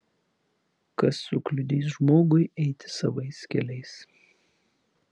kas sukliudys žmogui eiti savais keliais